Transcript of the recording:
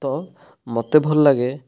ତ ମୋତେ ଭଲ ଲାଗେ